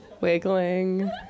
Wiggling